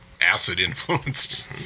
acid-influenced